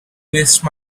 waste